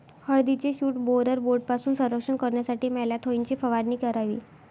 हळदीचे shoot borer बोर्डपासून संरक्षण करण्यासाठी मॅलाथोईनची फवारणी करावी